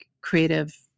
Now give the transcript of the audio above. creative